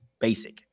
basic